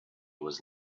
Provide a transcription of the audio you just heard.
was